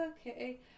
okay